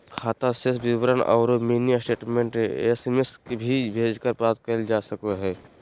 खाता शेष विवरण औरो मिनी स्टेटमेंट एस.एम.एस भी भेजकर प्राप्त कइल जा सको हइ